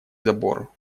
забору